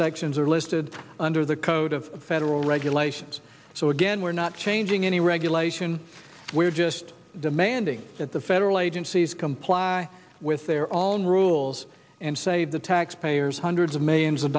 sections are listed under the code of federal regulations so again we're not changing any regulation we're just demanding that the federal agencies comply with their own rules and save the taxpayers hundreds of millions of